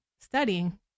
studying